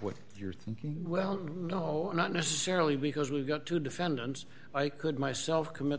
what you're thinking well no not necessarily because we've got two defendants i could myself commit